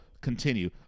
continue